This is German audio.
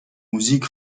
musik